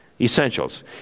Essentials